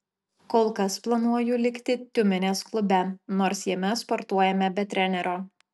kol kas planuoju likti tiumenės klube nors jame sportuojame be trenerio